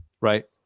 right